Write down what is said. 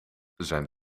zijn